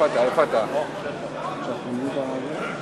אנחנו עוברים להסתייגות של קבוצת ש"ס,